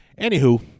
anywho